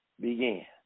began